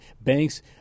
banks